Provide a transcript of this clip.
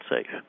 safe